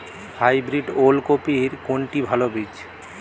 Hybrid ওল কপির কোনটি ভালো বীজ?